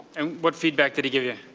and what feedback did he give you?